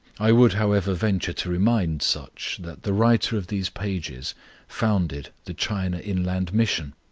i would, however, venture to remind such that the writer of these pages founded the china inland mission!